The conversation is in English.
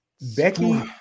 Becky